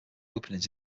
openings